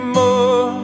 more